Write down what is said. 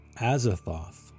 Azathoth